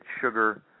sugar